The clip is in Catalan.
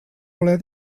voler